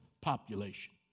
population